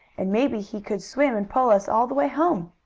and maybe he could swim, and pull us all the way home.